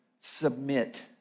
submit